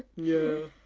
yeah.